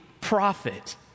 prophet